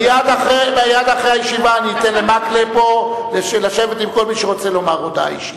מייד לאחר הישיבה אני אתן למקלב לשבת עם כל מי שרוצה לומר הודעה אישית.